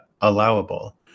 allowable